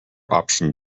option